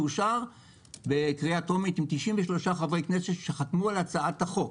שאושר בקריאה טרומית עם 93 חברי כנסת שחתמו על הצעת החוק.